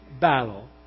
battle